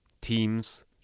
teams